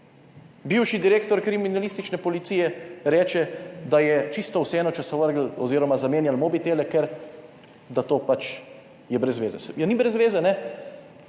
Bivši direktor kriminalistične policije reče, da je čisto vseeno, če so vrgli oziroma zamenjali mobitele, ker, da to pač je brez veze. Ja, ni brez veze,